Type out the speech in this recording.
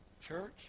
Church